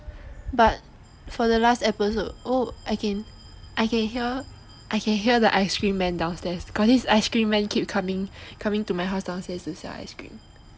but for the last episode oh I can hear I can hear the ice cream man downstairs got this ice cream man keep coming coming to my house downstairs to sell ice cream